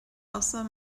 also